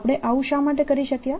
આપણે આવું શા માટે કરી શક્યા